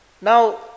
Now